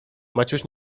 maciuś